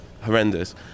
horrendous